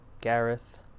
Gareth